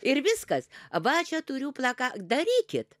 ir viskas va čia turiu plaką darykit